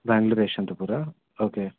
Bengaluru Yeshwantpur okay